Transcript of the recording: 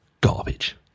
garbage